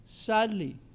Sadly